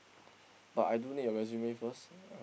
but I do need your resume first